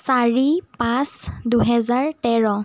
চাৰি পাঁচ দুহেজাৰ তেৰ